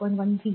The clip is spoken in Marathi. १ व्ही